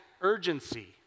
urgency